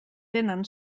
tenen